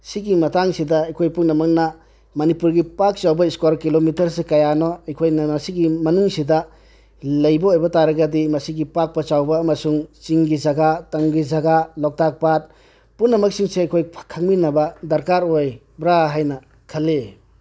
ꯁꯤꯒꯤ ꯃꯇꯥꯡꯁꯤꯗ ꯑꯩꯈꯣꯏ ꯄꯨꯝꯅꯃꯛꯅ ꯃꯅꯤꯄꯨꯔꯒꯤ ꯄꯥꯛ ꯆꯥꯎꯕ ꯏꯁꯀ꯭ꯋꯥꯔ ꯀꯤꯂꯣꯃꯤꯇꯔꯁꯤ ꯀꯌꯥꯅꯣ ꯑꯩꯈꯣꯏꯅ ꯉꯥꯁꯤꯒꯤ ꯃꯅꯨꯡꯁꯤꯗ ꯂꯩꯕ ꯑꯣꯏꯕ ꯇꯥꯔꯒꯗꯤ ꯃꯁꯤꯒꯤ ꯄꯥꯛꯄ ꯆꯥꯎꯕ ꯑꯃꯁꯨꯡ ꯆꯤꯡꯒꯤ ꯖꯒꯥ ꯇꯝꯒꯤ ꯖꯒꯥ ꯂꯣꯛꯇꯥꯛ ꯄꯥꯠ ꯄꯨꯝꯅꯃꯛꯁꯤꯡꯁꯦ ꯑꯩꯈꯣꯏ ꯈꯪꯃꯤꯟꯅꯕ ꯗꯔꯀꯥꯔ ꯑꯣꯏꯕ꯭ꯔꯥ ꯍꯥꯏꯅ ꯈꯜꯂꯤ